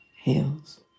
heals